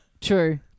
True